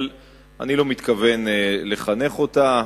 אבל אני לא מתכוון לחנך אותה.